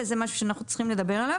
וזה משהו שאנחנו צריכים לדבר עליו.